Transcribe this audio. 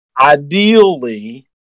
ideally